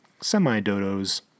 Semi-dodos